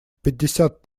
пятьдесят